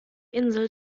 insel